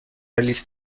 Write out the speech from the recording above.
لیست